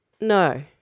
No